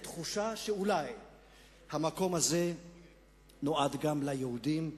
תחושה שאולי המקום הזה נועד גם ליהודים,